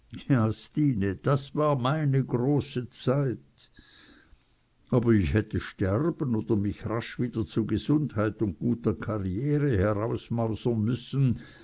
das war meine große zeit aber ich hätte sterben oder mich rasch wieder zu gesundheit und guter karriere herausmausern müssen